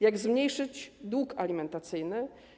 Jak zmniejszyć dług alimentacyjny?